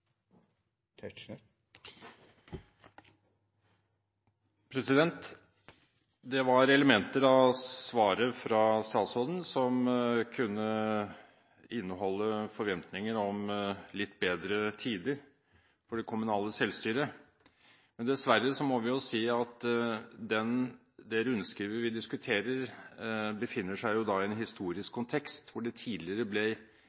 spørsmål, som det enkelte kommunestyret må avgjere. Det var elementer i svaret fra statsråden som kunne inneholde forventninger om litt bedre tider for det kommunale selvstyret. Dessverre må vi si at det rundskrivet vi diskuterer, befinner seg i en historisk kontekst hvor det